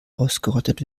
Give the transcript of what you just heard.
ausgerottet